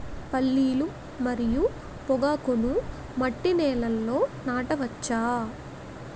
పల్లీలు మరియు పొగాకును మట్టి నేలల్లో నాట వచ్చా?